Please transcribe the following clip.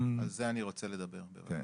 על זה אני רוצה לדבר בבקשה.